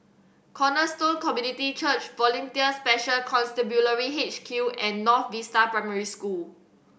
Cornerstone Community Church Volunteer Special Constabulary H Q and North Vista Primary School